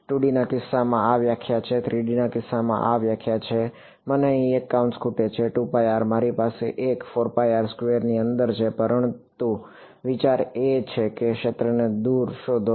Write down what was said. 2 Dના કિસ્સામાં આ વ્યાખ્યા છે 3 Dના કિસ્સામાં આ વ્યાખ્યા છે મારી પાસે એક ની અંદર છે પરંતુ વિચાર એ જ છે કે ક્ષેત્રને દૂર શોધો